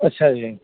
ਅੱਛਾ ਜੀ